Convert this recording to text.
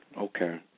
Okay